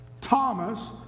Thomas